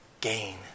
Gain